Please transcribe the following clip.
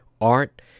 art